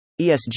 ESG